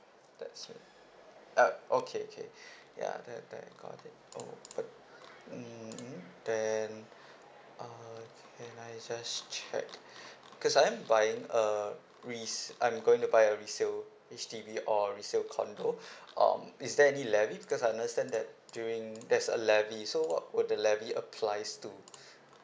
that's bad uh okay okay yeah that that I got it open mmhmm then uh can I just check because I'm buying a resa~ I'm going to buy a resale H_D_B or resale condo um is there any levy because I understand that during there's a levy so what would the levy applies to